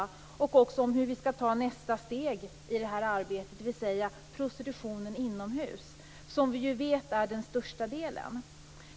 Dessutom måste vi undersöka hur vi skall gå vidare i det här arbetet, dvs. med prostitutionen inomhus, som vi vet är den största delen.